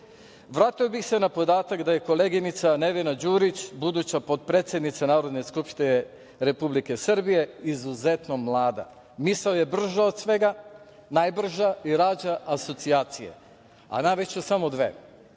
Kini. Vratio bih se na podatak da je koleginica Nevena Đurić, buduća potpredsednica Narodne skupštine Republike Srbije, izuzetno mlada. Misao je brža od svega, najbrža i rađa asocijacije, a navešću samo dve.